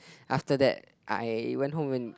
after that I went home and